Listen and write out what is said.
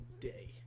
day